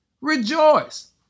Rejoice